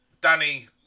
Danny